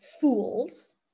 fools